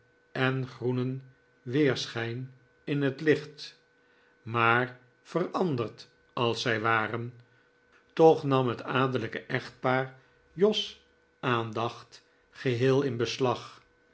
en groenen weerschijn in het licht maar veranderd als zij waren toch nam het adellijke echtpaar jos aandacht geheel in beslag